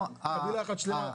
זה חבילה אחת שלמה.